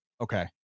Okay